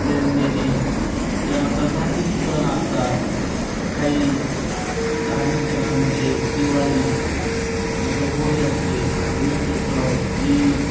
प्रेरणेने त्यानंतर धार्मिक सण असतात काही धार्मिक सणांमध्ये दिवाळी नंतर होळी असते गणेशोत्सव ईद